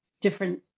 different